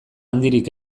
handirik